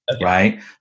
right